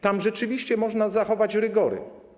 Tam rzeczywiście można zachować rygory.